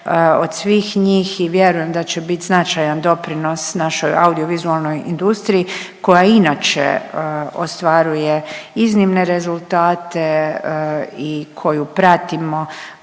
od svih njih i vjerujem da će biti značajan doprinos našoj audiovizualnoj industriji, koja inače ostvaruje iznimne rezultate i koju pratimo